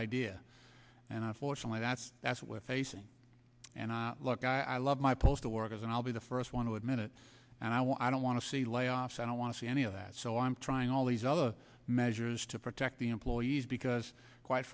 idea and i fortunately that's that's what facing and i look i love my postal workers and i'll be the first one to admit it and i will i don't want to see layoffs i don't want to see any of that so i'm trying all these other measures to the employees because quite